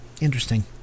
Interesting